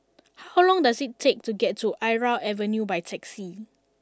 how long does it take to get to Irau Avenue by taxi